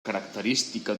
característica